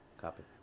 Copy